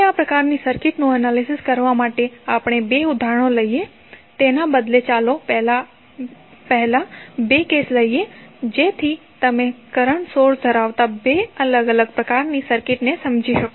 હવે આ પ્રકારની સર્કિટ્સનું એનાલિસિસ કરવા માટે આપણે બે ઉદાહરણો લઈએ તેના બદલે ચાલો આપણે પહેલા બે કેસ લઈએ જેથી તમે કરંટ સોર્સ ધરાવતા બે અલગ અલગ પ્રકારની સર્કિટ સમજી શકો